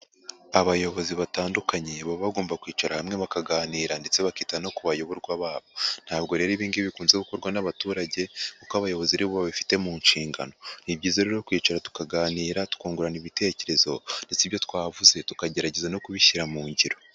Abayobozi batandukanye baba bagomba kwicara hamwe bakaganira ndetse bakita no kubayoborwa babo, ntabwo rero ibi ngibi bikunze gukorwa n'abaturage kuko abayobozi ari bo babifite mu nshingano, ni byiza rero kwicara tukaganira, tukungurana ibitekerezo ndetse ibyo twavuze tukagerageza no kubishyira mu ngiro.